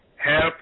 Help